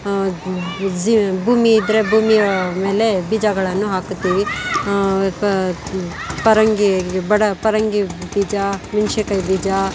ಭೂಮಿ ಇದ್ದರೆ ಭೂಮಿ ಮೇಲೆ ಬೀಜಗಳನ್ನು ಹಾಕುತ್ತೇವೆ ಪ ಪರಂಗಿ ಬಡ ಪರಂಗಿ ಬೀಜ ಹುಣ್ಸೆಕಾಯಿ ಬೀಜ